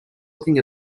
looking